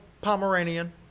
Pomeranian